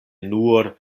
nur